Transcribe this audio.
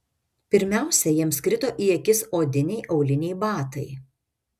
pirmiausia jiems krito į akis odiniai auliniai batai